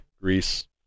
Greece